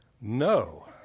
No